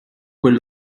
quel